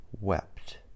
wept